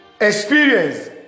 experience